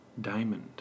Diamond